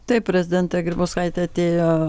taip prezidentė grybauskaitė atėjo